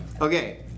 Okay